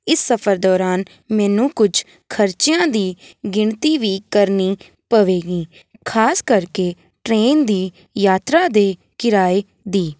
ਇਸ ਸਫ਼ਰ ਦੌਰਾਨ ਮੈਨੂੰ ਕੁਝ ਖਰਚਿਆਂ ਦੀ ਗਿਣਤੀ ਵੀ ਕਰਨੀ ਪਵੇਗੀ ਖ਼ਾਸ ਕਰਕੇ ਟਰੇਨ ਦੀ ਯਾਤਰਾ ਦੇ ਕਿਰਾਏ ਦੀ